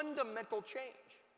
fundamental change